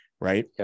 right